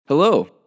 Hello